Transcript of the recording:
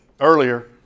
earlier